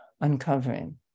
uncovering